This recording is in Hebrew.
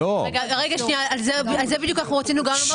על זה בדיוק אנחנו גם רצינו לומר